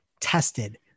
tested